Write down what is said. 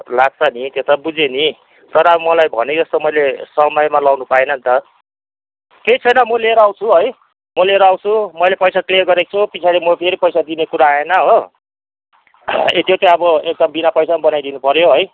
लाग्छ नि त्यो त बुझेँ नि तर अब मलाई भने जस्तो मैले समयमा लाउनु पाइनँ नि त केही छैन म लिएर आउँछु है म लिएर आउँछु मैले पैसा क्लियर गरेको छु पछाडि म फेरि पैसा दिने कुरा आएनँ हो त्यो चाहिँ अब एकदम बिना पैसामै बनाइदिनु पर्यो है